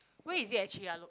where is it actually uh lo~